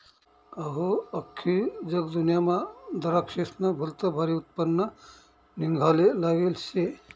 अहो, आख्खी जगदुन्यामा दराक्शेस्नं भलतं भारी उत्पन्न निंघाले लागेल शे